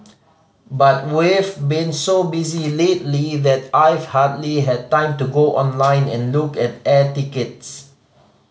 but we've been so busy lately that I've hardly had time to go online and look at air tickets